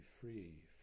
free